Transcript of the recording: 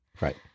Right